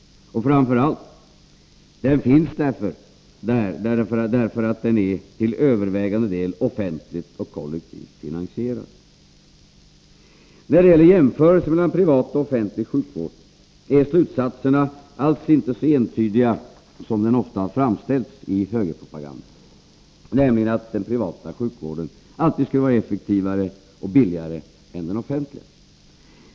Och framför allt: Den finns därför att den till övervägande del är offentligt och kollektivt finansierad! När det gäller jämförelser mellan privat och offentlig sjukvård är slutsatserna alls inte så entydiga som de ofta framställs i högerpropagandan, nämligen att den privata sjukvården alltid skulle vara billigare och effektivare än den offentliga.